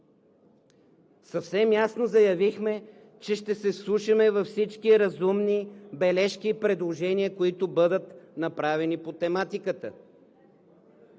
Съвсем ясно заявихме, че ще се вслушаме във всички разумни бележки и предложения, които бъдат направени по тематиката.